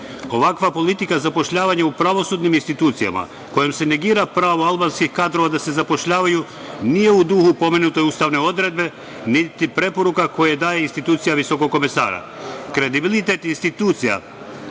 politika zapošljavanja u pravosudnim institucijama kojom se negira pravo albanskih kadrova da se zapošljavaju nije u duhu pomenute ustavne odredbe, niti preporuka koje daje institucija visokog komesara. Kredibilitet institucija